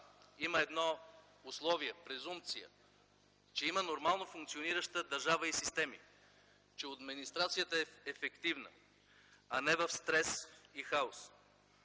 има едно условие, презумпция, че има нормално функционираща държава и системи, че администрацията е ефективна, а не е в стрес и хаос.